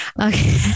Okay